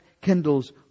kindles